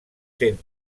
sent